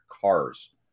cars